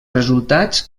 resultats